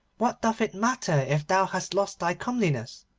what doth it matter if thou hast lost thy comeliness?